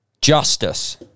Justice